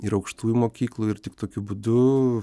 ir aukštųjų mokyklų ir tik tokiu būdu